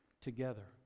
together